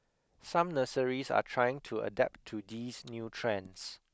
some nurseries are trying to adapt to these new trends